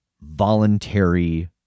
voluntary